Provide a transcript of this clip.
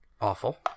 Awful